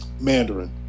Mandarin